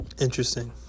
Interesting